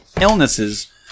illnesses